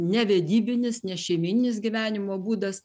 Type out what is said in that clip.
nevedybinis nešeimyninis gyvenimo būdas